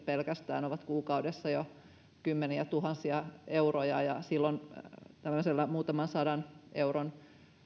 pelkästään vuokrakustannukset ovat kuukaudessa jo kymmeniätuhansia euroja ja silloin tämmöisellä muutaman sadan euron